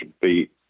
feet